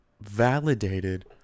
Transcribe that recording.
validated